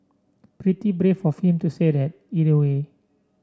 pretty brave of him to say that either way